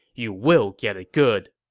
you will get it good.